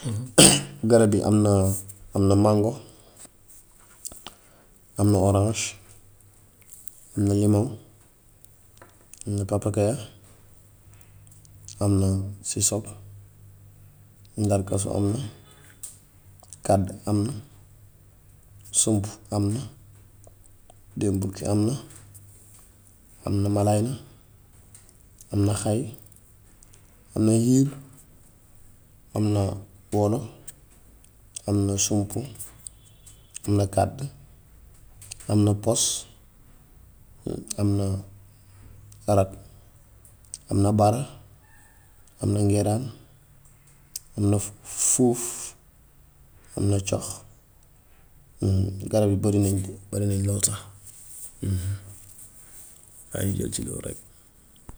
Garab yi am na maango, am na oraas, am na limoŋ, am na pàppakaaya, am na siso, ndarkaso am na, kàdd am na, sump am na, déem bukki, am na malaayna, am na xay, am na yiir, am na boono, am na sumpu, am na kàdd, am na poch, am na rat, am na baare, am na ngeeraan, am na fuuf, am na cox. Garab yi barinañ fi barinañ lool sax. Bàyyiñ jël ci loolu rekk.